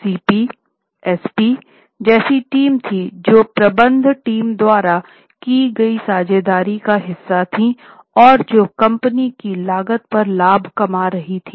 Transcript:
CP SP जैसी team थी जो प्रबंध टीम द्वारा की गई साझेदारी का हिस्सा थी और जो कंपनी की लागत पर लाभ कमा रही थी